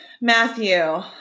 Matthew